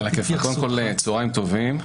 צוהריים טובים.